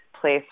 place